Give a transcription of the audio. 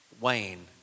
Wayne